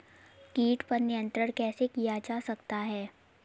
कीट पर नियंत्रण कैसे किया जा सकता है?